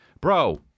bro